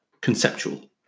conceptual